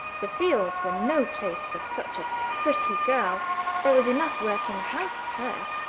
the field was no place for such a pretty girl there was enough work in the house for her.